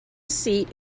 seat